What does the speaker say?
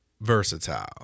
versatile